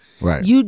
Right